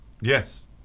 Yes